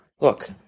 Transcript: Look